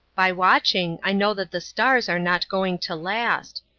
by watching, i know that the stars are not going to last.